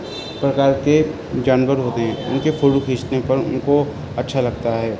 پرکار کے جانور ہوتے ہیں ان کے فوٹو کھینچنے پر ان کو اچھا لگتا ہے